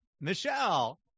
Michelle